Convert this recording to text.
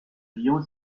lyon